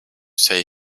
say